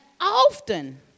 often